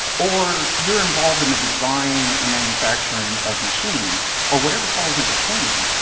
or you're involved in the design and manufacturing of machines or whatever falls in between,